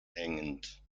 hängend